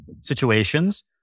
situations